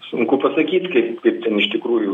sunku pasakyt kaip kaip ten iš tikrųjų